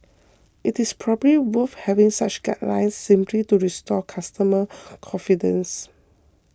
it is probably worth having such guidelines simply to restore consumer confidence